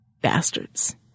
Bastards